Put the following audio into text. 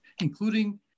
including